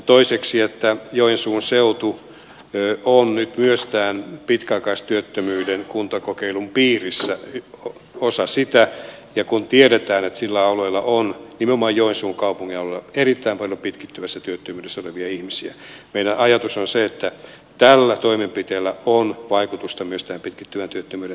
toiseksi joensuun seutu on nyt myös tämän pitkäaikaistyöttömyyden kuntakokeilun piirissä osa sitä ja kun tiedetään että sillä alueella nimenomaan joensuun kaupungin alueella on erittäin paljon pitkittyvässä työttömyydessä olevia ihmisiä meidän ajatuksemme on se että tällä toimenpiteellä on vaikutusta myös tähän pitkittyneen työttömyyden taittamiseen